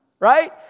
right